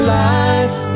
life